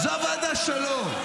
זאת הוועדה שלו.